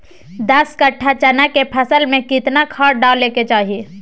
दस कट्ठा चना के फसल में कितना खाद डालें के चाहि?